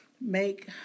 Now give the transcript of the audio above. Make